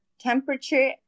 temperature